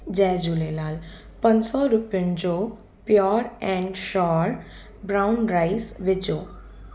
जय झूलेलाल पंज सौ रुपियनि जो pure and sure brown rice विझो